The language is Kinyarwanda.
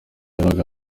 yabaga